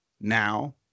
now